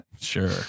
Sure